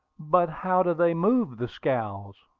but how do they move the scows?